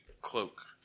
cloak